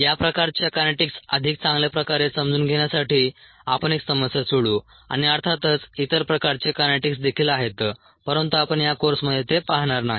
या प्रकारच्या कायनेटिक्स अधिक चांगल्या प्रकारे समजून घेण्यासाठी आपण एक समस्या सोडवू आणि अर्थातच इतर प्रकारचे कायनेटिक्स देखील आहेत परंतु आपण या कोर्समध्ये ते पाहणार नाही